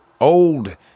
old